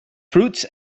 fruits